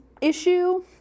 issue